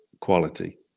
quality